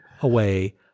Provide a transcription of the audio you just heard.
away